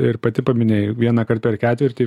ir pati paminėjai vienąkart per ketvirtį